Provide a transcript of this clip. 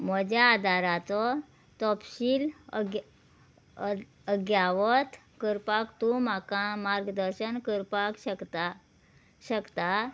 म्हज्या आदाराचो तपशील अग अग्यावत करपाक तूं म्हाका मार्गदर्शन करपाक शकता शकता